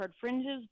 fringes